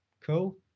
cool